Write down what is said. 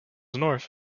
north